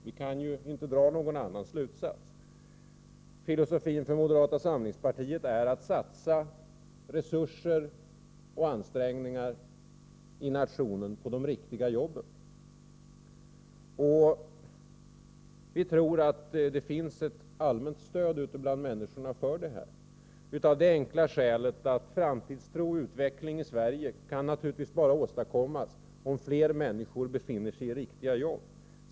Vi kan inte dra någon annan slutsats. Moderata samlingspartiets filosofi är att man skall satsa resurser och ansträngningar i nationen på de riktiga jobben. Vi tror att det finns ett allmänt stöd ute bland människorna för detta — av det enkla skälet att framtidstro och utveckling i Sverige naturligtvis bara kan åstadkommas om fler människor befinner sig i riktiga jobb.